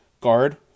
guard